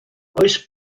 oes